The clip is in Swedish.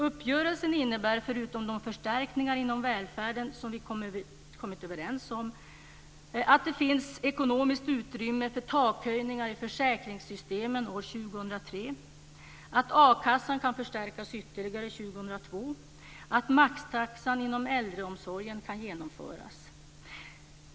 Uppgörelsen innebär, förutom de förstärkningar inom välfärden som vi kommit överens om, att det finns ekonomiskt utrymme för takhöjningar i försäkringssystemen år 2003, att a-kassan kan förstärkas ytterligare år 2002 och att maxtaxan inom äldreomsorgen kan genomföras.